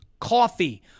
coffee